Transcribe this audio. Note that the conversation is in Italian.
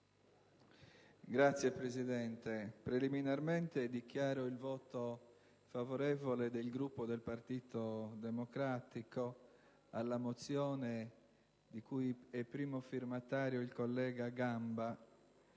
Signor Presidente, preliminarmente dichiaro il voto favorevole del Gruppo del Partito Democratico alla mozione di cui è primo firmatario il collega Gamba.